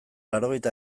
laurogeita